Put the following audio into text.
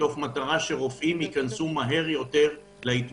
מתוך מטרה שרופאים ייכנסו מהר יותר להתמחות.